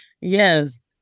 Yes